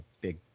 big